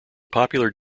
popular